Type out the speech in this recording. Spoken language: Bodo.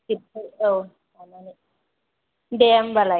बेखौ औ दे होनबालाय